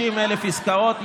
60,000 עסקאות,